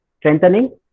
strengthening